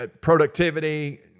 productivity